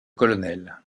colonel